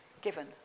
given